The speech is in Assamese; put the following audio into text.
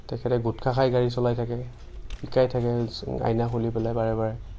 তেখেতে গুটখা খাই গাড়ী চলাই থাকে পিকাই থাকে আইনা খুলি পেলাই বাৰে বাৰে